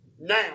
Now